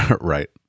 Right